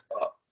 up